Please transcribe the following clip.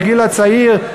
בגיל הצעיר,